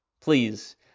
Please